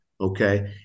okay